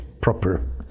proper